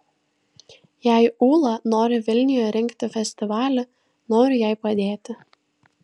jei ūla nori vilniuje rengti festivalį noriu jai padėti